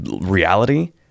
reality